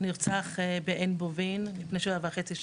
שנרצח בעין בובין לפני שבע שנים וחצי.